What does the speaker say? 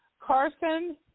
Carson